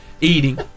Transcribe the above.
Eating